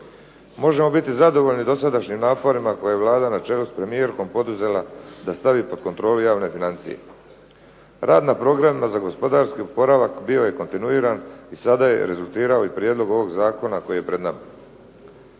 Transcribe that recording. Možemo biti zadovoljni dosadašnjim naporima koje je Vlada na čelu s premijerkom poduzela da stavi pod kontrolu javne financije. Rad na programima za gospodarski oporavak bio je kontinuiran i sada je rezultirao i prijedlog ovog Zakona koji je pred nama.